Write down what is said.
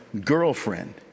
girlfriend